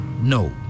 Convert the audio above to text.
no